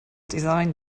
design